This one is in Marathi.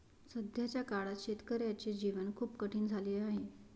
सध्याच्या काळात शेतकऱ्याचे जीवन खूप कठीण झाले आहे